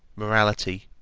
morality,